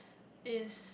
is